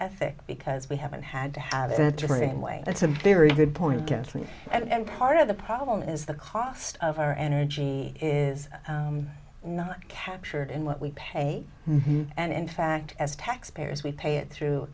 ethic because we haven't had to have it drain way that's a very good point against me and part of the problem is the cost of our energy is not captured in what we pay and in fact as taxpayers we pay it through